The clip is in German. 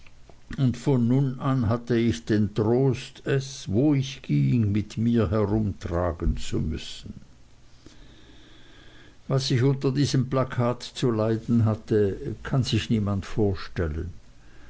und von nun an hatte ich den trost es wo ich ging mit mir herumtragen zu müssen was ich unter diesem plakat zu leiden hatte kann sich niemand vorstellen